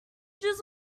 just